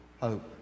Hope